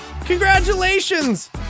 Congratulations